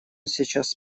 сейчас